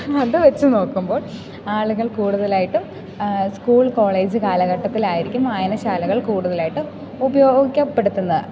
അതു വെച്ചു നോക്കുമ്പോൾ ആളുകൾ കൂടുതലായിട്ടും സ്കൂൾ കോളേജ് കാലഘട്ടത്തിലായിരിക്കും വായനശാലകൾ കൂടുതലായിട്ടും ഉപയോഗിക്കപ്പെടുത്തുന്നത്